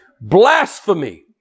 Blasphemy